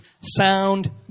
sound